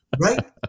Right